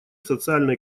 социально